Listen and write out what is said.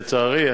לצערי,